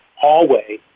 hallway